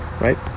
right